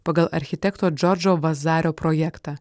pagal architekto džordžo vazario projektą